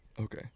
Okay